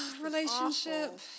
Relationship